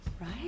Right